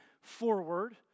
forward